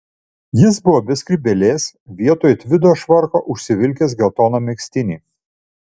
jis buvo be skrybėlės vietoj tvido švarko užsivilkęs geltoną megztinį